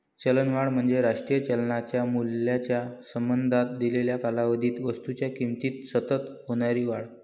चलनवाढ म्हणजे राष्ट्रीय चलनाच्या मूल्याच्या संबंधात दिलेल्या कालावधीत वस्तूंच्या किमतीत सतत होणारी वाढ